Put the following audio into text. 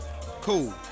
cool